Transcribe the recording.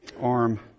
arm